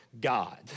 God